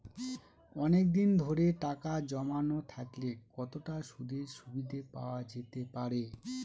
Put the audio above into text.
অনেকদিন ধরে টাকা জমানো থাকলে কতটা সুদের সুবিধে পাওয়া যেতে পারে?